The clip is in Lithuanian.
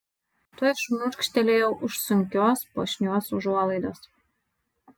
tuoj šmurkštelėjau už sunkios puošnios užuolaidos